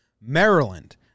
Maryland